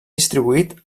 distribuït